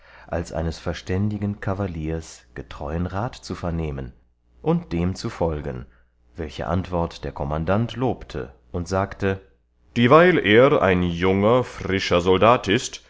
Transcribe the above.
als eines verständigen kavaliers getreuen rat zu vernehmen und dem zu folgen welche antwort der kommandant lobte und sagte dieweil er ein junger frischer soldat ist